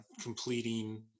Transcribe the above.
completing